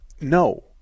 No